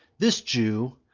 this jew,